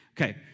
Okay